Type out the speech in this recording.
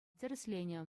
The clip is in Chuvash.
тӗрӗсленӗ